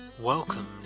welcome